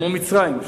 כמו מצרים,